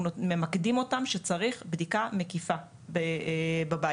ממקדים אותם שצריך בדיקה מקיפה בבית.